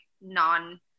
non